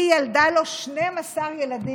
והיא ילדה לו 12 ילדים.